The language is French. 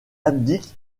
abdique